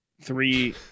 three